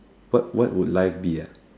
what what would life be ah